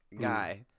guy